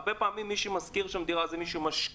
הרבה פעמים מי שמשכיר שם דירה זה מי שמשקיע,